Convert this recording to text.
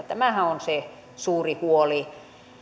tämähän on se suuri huoli